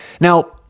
Now